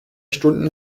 stunden